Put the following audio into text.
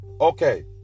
Okay